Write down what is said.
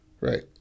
Right